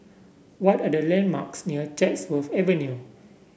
what are the landmarks near Chatsworth Avenue